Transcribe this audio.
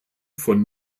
von